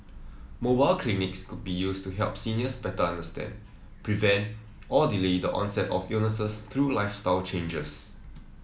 mobile clinics could be used to help seniors better understand prevent or delay the onset of illnesses through lifestyle changes